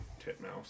Titmouse